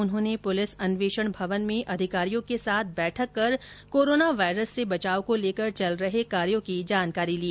उन्होंने पुलिस अन्वेषण भवन में अधिकारियों के साथ बैठक कर कोरोना वायरस से बचाव को लेकर चल रहे कार्यों की जानकारी ली